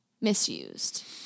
misused